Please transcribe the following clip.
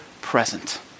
present